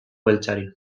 beltzari